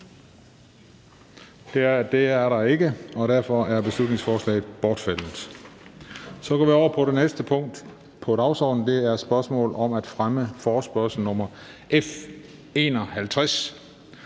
Det er der ikke, og derfor er beslutningsforslaget bortfaldet. --- Det næste punkt på dagsordenen er: 2) Spørgsmål om fremme af forespørgsel nr. F 51: